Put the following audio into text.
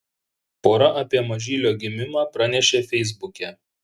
pora apie mažylio gimimą pranešė feisbuke